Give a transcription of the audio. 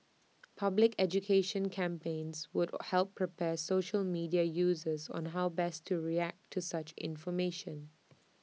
public education campaigns would help prepare social media users on how best to react to such information